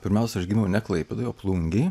pirmiausia aš gimiau ne klaipėdoj o plungėj